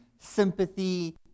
sympathy